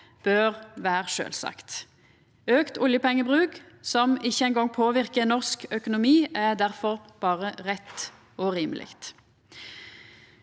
bør vera sjølvsagt. Auka oljepengebruk, som ikkje eingong påverkar norsk økonomi, er difor berre rett og rimeleg.